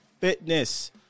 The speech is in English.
Fitness